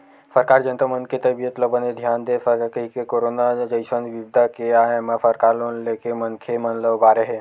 सरकार जनता मन के तबीयत ल बने धियान दे सकय कहिके करोनो जइसन बिपदा के आय म सरकार लोन लेके मनखे मन ल उबारे हे